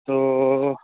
તો